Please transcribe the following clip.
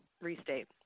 restate